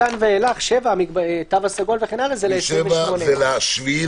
מכאן ואילך זה בלילה שבין